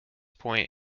point